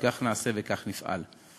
וכך נעשה וכך נפעל.